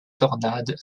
tornade